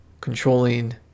controlling